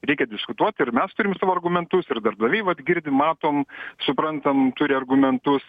reikia diskutuot ir mes turim savo argumentus ir darbdaviai vat girdim matom suprantam turi argumentus